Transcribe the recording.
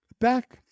back